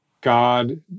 God